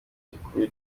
gikuru